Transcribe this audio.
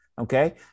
okay